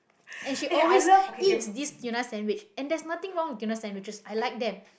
and she always eats this tuna sandwich and there's nothing wrong with tuna sandwiches I like them